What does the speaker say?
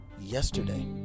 Yesterday